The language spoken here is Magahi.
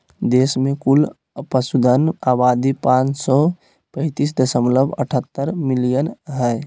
देश में कुल पशुधन आबादी पांच सौ पैतीस दशमलव अठहतर मिलियन हइ